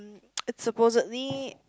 it's supposedly